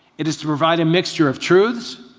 it is to provide a mixture of truth,